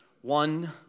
one